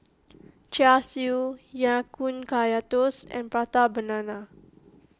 Char Siu Ya Kun Kaya Toast and Prata Banana